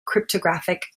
cryptographic